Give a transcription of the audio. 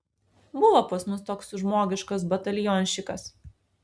buvo pas mus toks žmogiškas batalionščikas